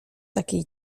takiej